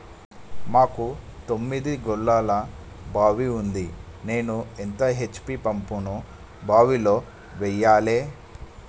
మాకు తొమ్మిది గోళాల బావి ఉంది నేను ఎంత హెచ్.పి పంపును బావిలో వెయ్యాలే?